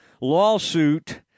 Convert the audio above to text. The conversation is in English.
lawsuit